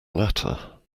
latter